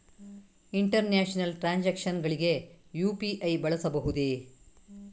International transactions ಗಳಿಗೆ UPI ಬಳಸಬಹುದೇ?